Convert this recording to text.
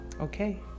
Okay